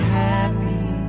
happy